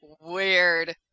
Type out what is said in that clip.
weird